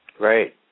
Right